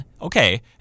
okay